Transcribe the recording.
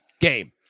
game